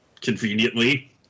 conveniently